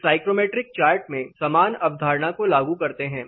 इस psychrometric chart में समान अवधारणा को लागू करते हैं